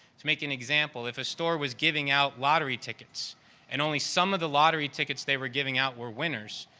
to make an example, if a store was giving out lottery tickets and only some of the lottery tickets they were giving out were winners,